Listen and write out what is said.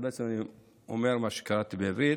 ובעצם אני אומר את מה שקראתי בעברית.